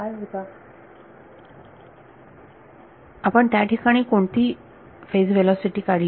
विद्यार्थी काय होता आपण त्या ठिकाणी कोणती फेज व्हेलॉसिटी काढली